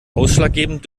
ausschlaggebend